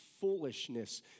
foolishness